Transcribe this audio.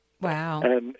Wow